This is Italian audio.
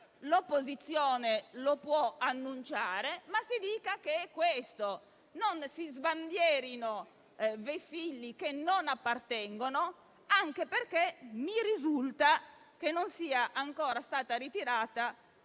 l'opposizione lo può annunciare ma dica che è così. Non si sbandierino vessilli che non appartengono, anche perché mi risulta che non sia ancora stata ritirata